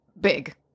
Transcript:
big